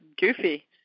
goofy